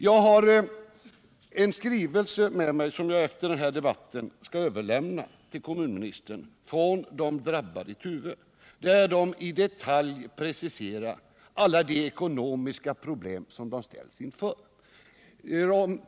Jag kommer efter denna debatt att överlämna en skrivelse till kommunministern från de drabbade i Tuve, där de i detalj preciserar alla de ekonomiska problem som de ställs inför.